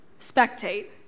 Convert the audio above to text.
spectate